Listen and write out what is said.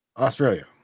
Australia